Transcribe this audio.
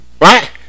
Right